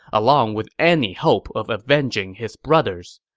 along with any hope of avenging his brothers.